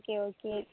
okay okay